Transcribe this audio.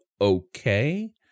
okay